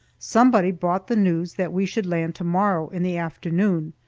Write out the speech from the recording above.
somebody brought the news that we should land to-morrow in the afternoon.